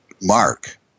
Mark